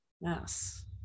Yes